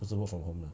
不是 work from home